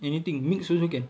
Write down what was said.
anything mix also can